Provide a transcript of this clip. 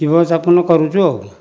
ଜୀବନଯାପନ କରୁଛୁ ଆଉ